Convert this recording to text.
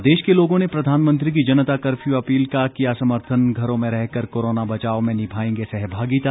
प्रदेश के लोगों ने प्रधानमंत्री की जनता कर्फ्यू अपील का किया समर्थन घरों में रहकर कोरोना बचाव में निभाएंगे सहभागिता